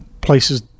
places